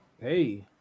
Hey